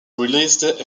released